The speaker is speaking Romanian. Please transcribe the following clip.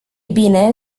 bine